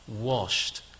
washed